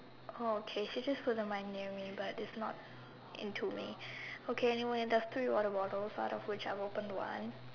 oh okay she just put the mic near me but it's not into me okay anyway there's three water bottles out of which I opened one